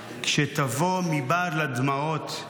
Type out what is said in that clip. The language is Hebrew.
כשתבוא מבעד לדמעות /